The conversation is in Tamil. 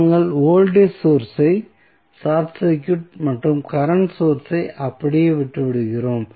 நாங்கள் வோல்டேஜ் சோர்ஸ் ஐ ஷார்ட் சர்க்யூட் மற்றும் கரண்ட் சோர்ஸ் ஐ அப்படியே விட்டுவிடுகிறோம்